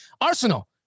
Arsenal